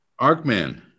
Arkman